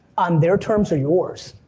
on their terms or yours?